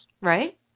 right